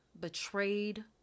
betrayed